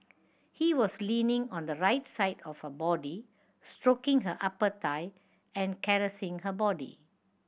he was leaning on the right side of her body stroking her upper thigh and caressing her body